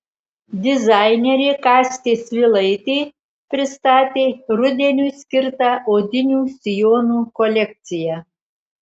dizainerė kastė svilaitė pristatė rudeniui skirtą odinių sijonų kolekciją